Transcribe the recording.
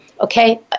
Okay